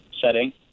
setting